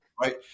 Right